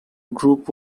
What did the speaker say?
group